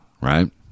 right